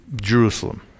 Jerusalem